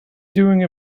doing